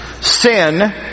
Sin